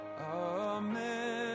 Amen